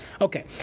Okay